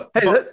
Hey